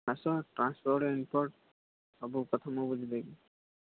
ଆସ transport import ସବୁ କଥା ମୁଁ ବୁଝିଦେବି